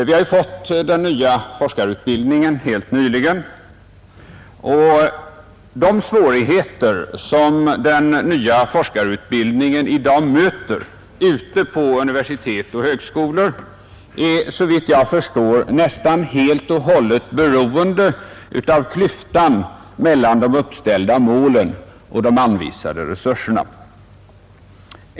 Vi har ju helt nyligen fått den nya forskarutbildningen, och de svårigheter som denna utbildning i dag möter vid universitet och högskolor är såvitt jag förstår nästan helt och hållet beroende av klyftan mellan de uppställda målen och de anvisade resurserna.